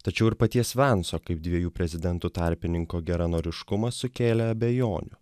tačiau ir paties venco kaip dviejų prezidentų tarpininko geranoriškumas sukėlė abejonių